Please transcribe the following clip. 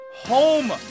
home